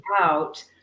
out